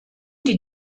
die